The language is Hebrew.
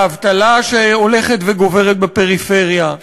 לאבטלה שהולכת וגוברת בפריפריה,